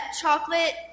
chocolate